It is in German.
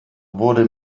wurde